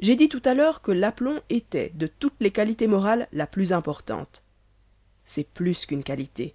j'ai dit tout-à-l'heure que l'aplomb était de toutes les qualités morales la plus importante c'est plus qu'une qualité